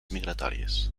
migratoris